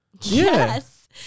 Yes